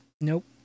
Nope